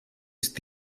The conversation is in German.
ist